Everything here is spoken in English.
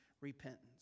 repentance